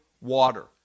water